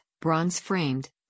bronze-framed